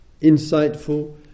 insightful